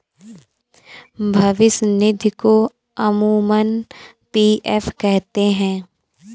भविष्य निधि को अमूमन पी.एफ कहते हैं